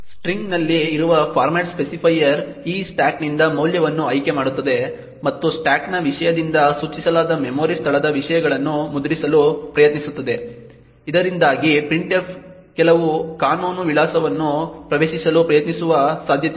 ಸ್ಟ್ರಿಂಗ್ನಲ್ಲಿ ಇರುವ format specifier ಈ ಸ್ಟಾಕ್ನಿಂದ ಮೌಲ್ಯವನ್ನು ಆಯ್ಕೆ ಮಾಡುತ್ತದೆ ಮತ್ತು ಸ್ಟಾಕ್ನ ವಿಷಯದಿಂದ ಸೂಚಿಸಲಾದ ಮೆಮೊರಿ ಸ್ಥಳದ ವಿಷಯಗಳನ್ನು ಮುದ್ರಿಸಲು ಪ್ರಯತ್ನಿಸುತ್ತದೆ ಇದರಿಂದಾಗಿ printf ಕೆಲವು ಕಾನೂನು ವಿಳಾಸವನ್ನು ಪ್ರವೇಶಿಸಲು ಪ್ರಯತ್ನಿಸುವ ಸಾಧ್ಯತೆಯಿದೆ